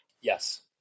Yes